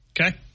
Okay